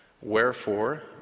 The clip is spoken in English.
Wherefore